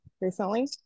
recently